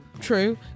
true